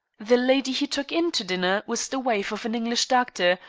the lady he took in to dinner was the wife of an english doctor,